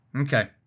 Okay